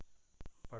बड़े बड़े दूरें